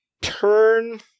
turn